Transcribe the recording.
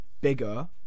bigger